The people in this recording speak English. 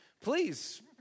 please